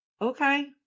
okay